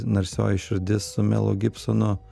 narsioji širdis su melu gibsonu